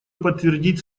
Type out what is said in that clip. подтвердить